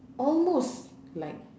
almost like